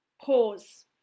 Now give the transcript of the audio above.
Pause